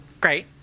Great